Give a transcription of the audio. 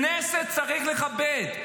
את הכנסת צריך לכבד,